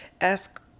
ask